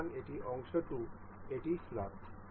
সুতরাং এটি অংশ 2 এটি স্লট